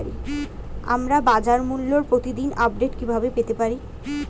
আমরা বাজারমূল্যের প্রতিদিন আপডেট কিভাবে পেতে পারি?